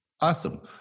Awesome